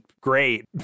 great